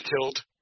killed